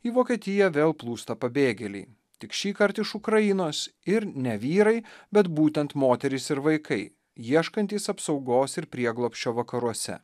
į vokietiją vėl plūsta pabėgėliai tik šįkart iš ukrainos ir ne vyrai bet būtent moterys ir vaikai ieškantys apsaugos ir prieglobsčio vakaruose